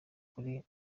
kuri